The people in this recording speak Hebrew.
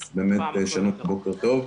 אז באמת, שלום, בוקר טוב.